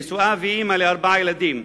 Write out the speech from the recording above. נשואה ואמא לארבעה ילדים,